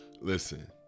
listen